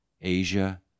Asia